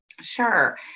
Sure